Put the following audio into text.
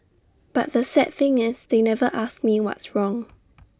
but the sad thing is they never asked me what's wrong